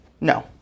No